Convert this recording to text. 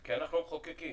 כי אנחנו המחוקקים.